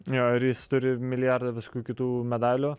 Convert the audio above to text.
jo ir jis turi milijardą visokių kitų medalių